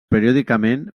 periòdicament